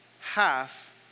half